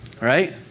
right